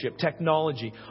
technology